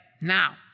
Now